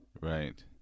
Right